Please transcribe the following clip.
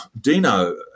Dino